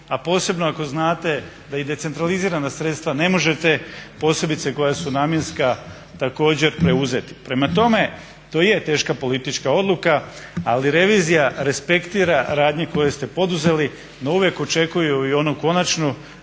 a posebno ako znate da i decentralizirana sredstva ne možete, posebice koja su namjenska, također preuzeti. Prema tome, to je teška politička odluka ali revizija respektira radnje koje ste poduzeli no uvijek očekuju i onu konačnu